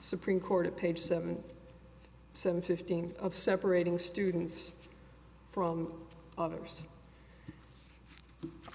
supreme court page seventy seven fifteen of separating students from others